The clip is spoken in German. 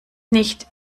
nicht